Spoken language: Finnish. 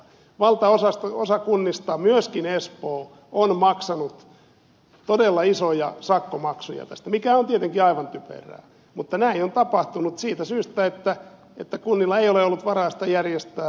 valtaosa kunnista myöskin espoo on maksanut todella isoja sakkomaksuja tästä mikä on tietenkin aivan typerää mutta näin on tapahtunut siitä syystä että kunnilla ei ole ollut varaa sitä järjestää